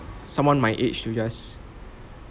someone my age to just